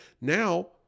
Now